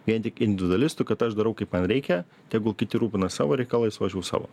vien tik individualistu kad aš darau kaip man reikia tegul kiti rūpinas savo reikalais o aš jau savo